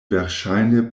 verŝajne